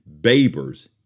Babers